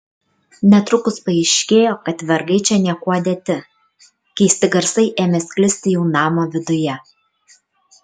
netrukus paaiškėjo kad vergai čia niekuo dėti keisti garsai ėmė sklisti jau namo viduje